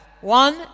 One